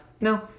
No